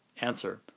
Answer